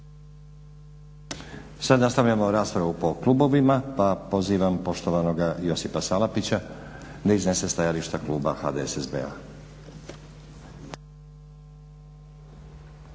Sad nastavljamo raspravu po klubovima. Pa pozivam poštovanoga Josipa Salapića da iznese stajališta kluba HDSSB-a.